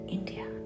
India